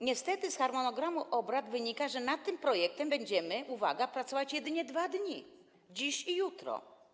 Niestety z harmonogramu obrad wynika, że nad tym projektem będziemy pracować, uwaga, tylko 2 dni - dziś i jutro.